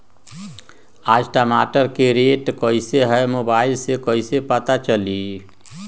आज टमाटर के रेट कईसे हैं मोबाईल से कईसे पता चली?